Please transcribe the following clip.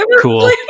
cool